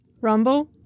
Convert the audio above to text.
rumble